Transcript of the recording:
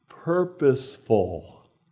Purposeful